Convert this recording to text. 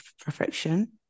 perfection